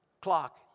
clock